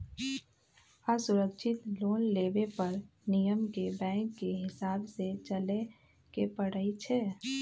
असुरक्षित लोन लेबे पर नियम के बैंकके हिसाबे से चलेए के परइ छै